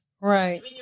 Right